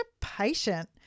patient